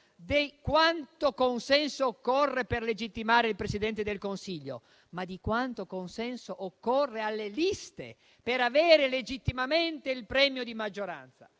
di quanto consenso occorre per legittimare il Presidente del Consiglio, ma di quanto consenso occorre alle liste per avere legittimamente il premio di maggioranza.